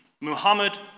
Muhammad